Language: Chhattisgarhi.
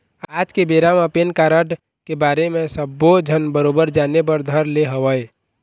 आज के बेरा म पेन कारड के बारे म सब्बो झन बरोबर जाने बर धर ले हवय